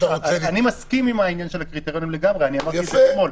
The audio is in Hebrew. אני מסכים עם הקריטריונים לגמרי, אמרתי אתמול.